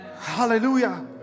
hallelujah